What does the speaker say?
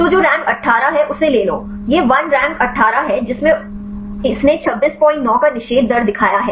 तो जो रैंक 18 है उसे ले लो यह वन रैंक 18 है जिसमें इसने 269 का निषेध दर दिखाया है